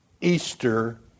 Easter